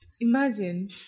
Imagine